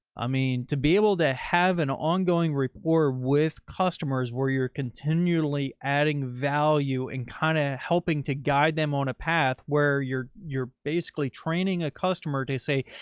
i mean, to be able to have an ongoing rapport with customers where you're continually adding value in kind of helping to guide them on a path where you're, you're basically training a customer to say,